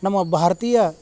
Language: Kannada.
ನಮ್ಮ ಭಾರತೀಯ